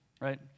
right